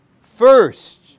First